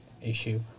issue